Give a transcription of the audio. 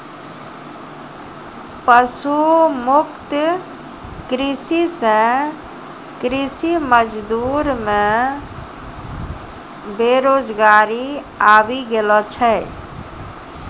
पशु मुक्त कृषि से कृषि मजदूर मे बेरोजगारी आबि गेलो छै